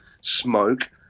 smoke